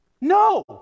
No